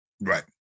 Right